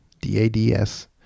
D-A-D-S